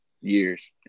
years